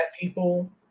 people